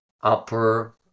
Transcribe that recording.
upper